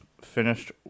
finished